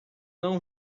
não